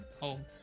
home